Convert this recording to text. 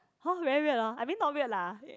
hor very weird hor I mean not weird lah